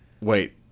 wait